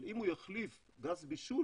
אבל אם הוא יחליף גז בישול,